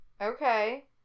Okay